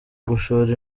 gushora